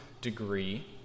degree